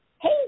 Hey